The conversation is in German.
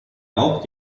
auch